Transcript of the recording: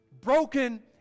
broken